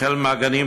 החל מהגנים,